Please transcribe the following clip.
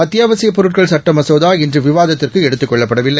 அத்தியாவசியப்பொருட்கள்சட்டமசோதாஇன்றுவிவாதத்திற் குஎடுத்துகொள்ளப்படவில்லை